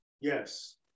Yes